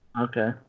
Okay